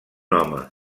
home